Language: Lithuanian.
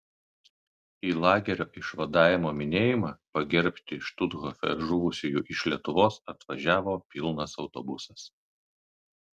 į lagerio išvadavimo minėjimą pagerbti štuthofe žuvusiųjų iš lietuvos atvažiavo pilnas autobusas